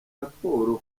raporo